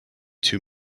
two